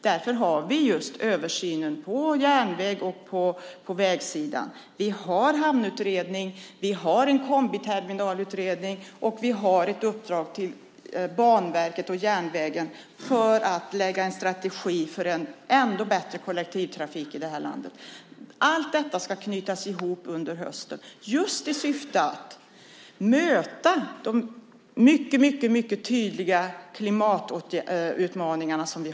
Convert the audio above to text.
Därför har vi just översynen på järnvägs och vägsidan, en hamnutredning, en kombiterminalutredning och ett uppdrag till Banverket och järnvägen för att lägga fram en strategi för en ännu bättre kollektivtrafik i detta land. Allt detta ska knytas ihop under hösten, just i syfte att möta de mycket tydliga klimatutmaningarna.